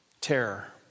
terror